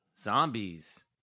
Zombies